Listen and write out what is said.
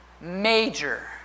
major